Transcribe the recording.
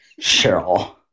Cheryl